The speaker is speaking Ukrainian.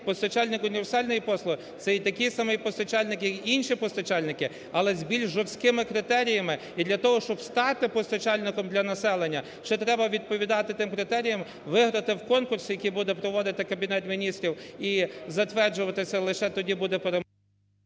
постачальник універсальної послуги – це є такий самий постачальник, як інші постачальники, але з більш жорсткими критеріями. І для того, щоб стати постачальником для населення, ще треба відповідати тим критеріям, виграти в конкурсі, який буде проводити Кабінет Міністрів і затверджувати це, лише тоді буде…